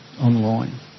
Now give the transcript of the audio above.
online